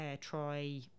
try